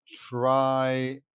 try